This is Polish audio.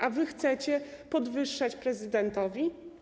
A wy chcecie podwyższać prezydentowi?